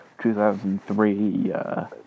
...2003